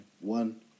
one